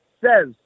says